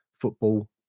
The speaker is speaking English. football